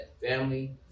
family